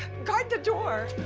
guard the door.